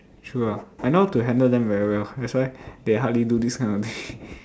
true ah I know how to handle them very well that's why they hardly do this kind of thing